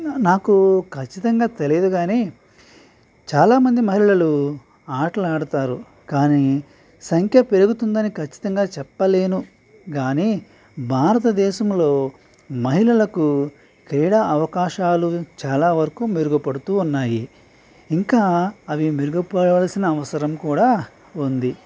నాకు కచ్చితంగా తెలియదు కానీ చాలామంది మహిళలు ఆటలు ఆడతారు కానీ సంఖ్య పెరుగుతుందని ఖచ్చితంగా చెప్పలేను గానీ భారతదేశంలో మహిళలకు క్రీడ అవకాశాలు చాలా వరకు మెరుగుపడుతూ ఉన్నాయి ఇంకా అవి మెరుగుపడాల్సిన అవసరం కూడా ఉంది